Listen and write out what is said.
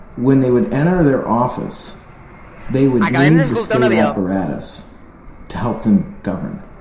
when they would enter their office they would need the state apparatus to help them govern,